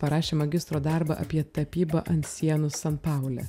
parašė magistro darbą apie tapybą ant sienų san paule